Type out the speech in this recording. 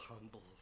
humble